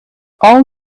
all